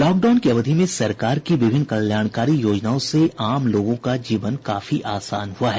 lockdown की अवधि में सरकार की विभिन्न कल्याणकारी योजनाओं से आम लोगों का जीवन काफी आसान हुआ है